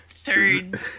third